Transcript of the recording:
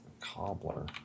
cobbler